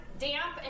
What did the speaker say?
damp